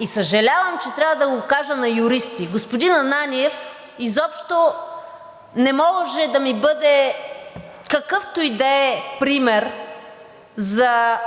и съжалявам, че трябва да го кажа на юристи – господин Ананиев изобщо не може да ми бъде какъвто и да е пример за